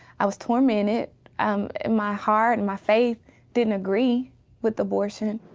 i was tormented um in my heart and my faith didn't agree with abortion.